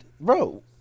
Bro